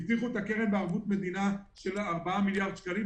הבטיחו את הקרן בערבות מדינה של 4 מיליארד שקלים,